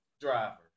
driver